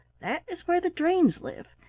that is where the dreams live,